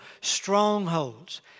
strongholds